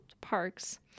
parks